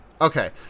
okay